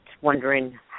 wondering